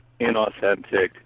inauthentic